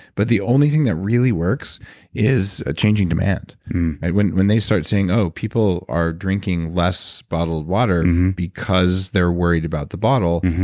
but the only thing that really works is changing demand when when they start saying, oh, people are drinking less bottled water because they're worried about the bottle,